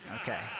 okay